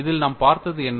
இதில் நாம் பார்த்தது என்ன